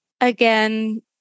again